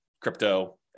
crypto